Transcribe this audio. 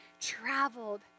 traveled